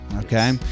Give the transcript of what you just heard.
okay